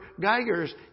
Geiger's